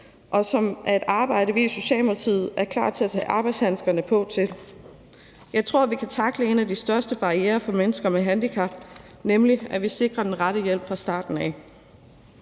og som er et arbejde, vi i Socialdemokratiet er klar til at tage arbejdshandskerne på for at udføre. Jeg tror, at vi dermed kan tackle en af de største barrierer for mennesker med handicap og sikre den rette hjælp fra starten.